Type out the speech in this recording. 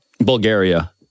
Bulgaria